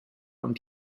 und